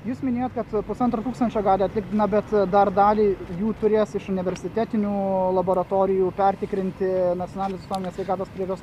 jūs minėjot kad pusantro tūkstančio gali atlikt na bet dar dalį jų turės iš universitetinių laboratorijų pertikrinti nacionalinis visuomenės sveikatos priežiūros